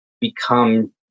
become